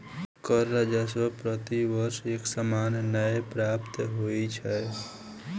कर राजस्व प्रति वर्ष एक समान नै प्राप्त होइत छै